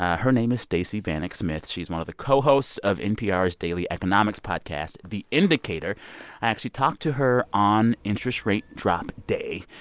ah her name is stacey vanek smith. she's one of the co-hosts of npr's daily economics podcast, the indicator. i actually talked to her on interest rate drop day,